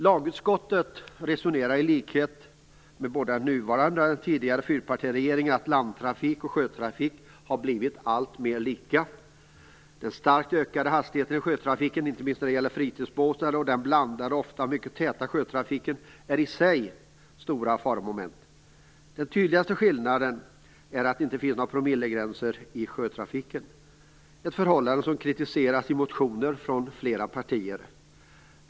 Lagutskottet resonerar i likhet med både den nuvarande regeringen och den tidigare fyrpartiregeringen så att landtrafik och sjötrafik har blivit alltmer lika. Den starkt ökade hastigheten i sjötrafiken, inte minst när det gäller fritidsbåtar, och den blandande och mycket ofta täta sjötrafiken är i sig stora faromoment. Den tydligaste skillnaden är att det inte finns några promillegränser i sjötrafiken. Det är ett förhållande som kritiseras i motioner från flera partier.